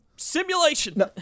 simulation